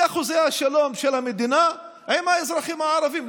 זה חוזה השלום של המדינה עם האזרחים הערבים,